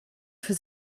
für